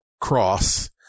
cross